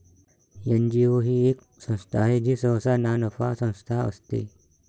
NGO ही एक संस्था आहे जी सहसा नानफा संस्था असते